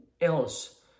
else